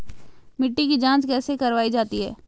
मिट्टी की जाँच कैसे करवायी जाती है?